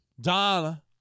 Donna